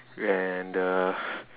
and uh